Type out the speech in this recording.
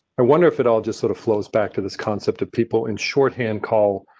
i wonder if it all just sort of flows back to this concept of people in shorthand call.